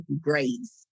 grace